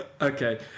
Okay